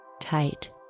Tight